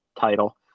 title